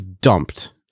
dumped